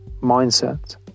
mindset